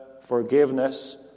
forgiveness